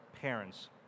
parents